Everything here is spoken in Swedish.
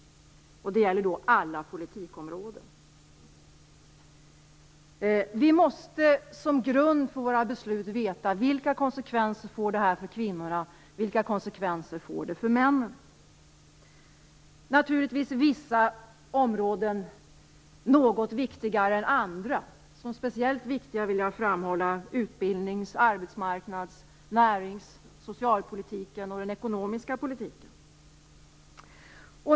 Det gäller alla politikområden. Vi måste som grund för våra beslut veta vilka konsekvenser de får för kvinnorna och vilka konsekvenser de får för männen. Naturligtvis är det på vissa områden något viktigare än på andra. Som speciellt viktiga områden vill jag framhålla utbildningspolitiken, arbetsmarknadspolitiken, näringspolitiken, socialpolitiken och den ekonomisk politiken.